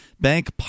Bank